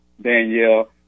Danielle